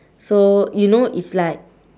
so you know it's like